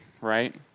right